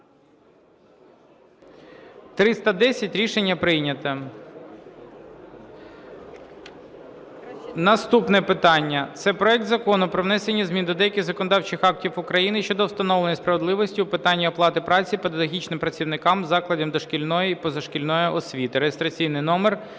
За-310 Рішення прийнято. Наступне питання – це проект Закону про внесення змін до деяких законодавчих актів України щодо відновлення справедливості у питанні оплати праці педагогічним працівникам закладів дошкільної і позашкільної освіти (реєстраційний номер